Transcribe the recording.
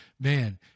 man